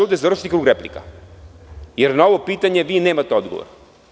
Ovde ću završiti krug replika, jer na ovo pitanje vi nemate odgovor.